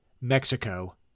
Mexico